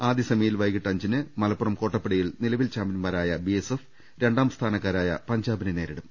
ആദ്യ സെമിയിൽ വൈകീട്ട് അഞ്ചിന് മലപ്പുറം കോട്ടപ്പടിയിൽ നിലവിൽ ചാമ്പ്യൻമാ രായ ബിഎസ്എഫ് രണ്ടാം സ്ഥാനക്കാരായ പഞ്ചാബിനെ നേരിടും